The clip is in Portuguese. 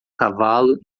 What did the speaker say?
cavalo